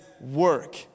work